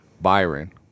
Byron